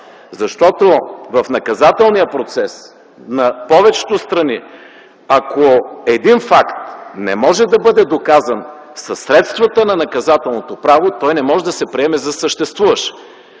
права”. В Наказателния процес на повечето страни, ако един факт не може да бъде доказан със средствата на наказателното право, той не може да се приеме за съществуващ.